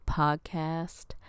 podcast